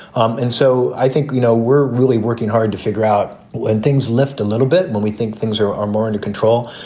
um and so i think, you know, we're really working hard to figure out when things lift a little bit, when we think things are are more under control.